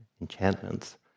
enchantments